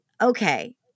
okay